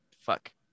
fuck